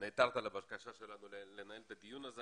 שנעתרת לבקשה שלנו לנהל את הדיון הזה.